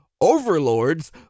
overlords